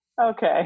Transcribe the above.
okay